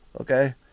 okay